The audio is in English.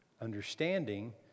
Understanding